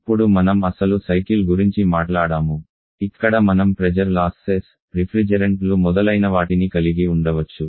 అప్పుడు మనం అసలు సైకిల్ గురించి మాట్లాడాము ఇక్కడ మనం ప్రెజర్ లాస్సెస్ రిఫ్రిజెరెంట్లు మొదలైనవాటిని కలిగి ఉండవచ్చు